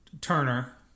Turner